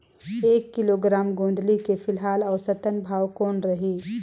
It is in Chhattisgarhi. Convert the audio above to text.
एक किलोग्राम गोंदली के फिलहाल औसतन भाव कौन रही?